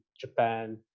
Japan